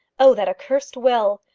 oh, that accursed will!